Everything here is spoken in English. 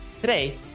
Today